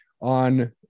on